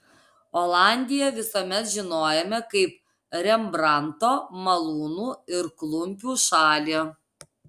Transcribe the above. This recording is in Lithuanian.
olandiją visuomet žinojome kaip rembrandto malūnų ir klumpių šalį